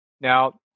Now